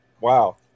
Wow